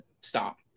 stop